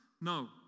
No